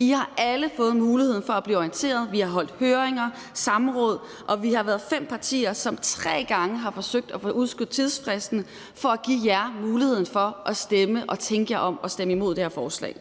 I har alle fået muligheden for at blive orienteret; vi har holdt høringer og haft samråd. Og vi er fem partier, som tre gange har forsøgt at få udskudt tidsfristen for at give jer muligheden for at tænke jer om og stemme imod det her forslag.